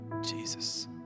Jesus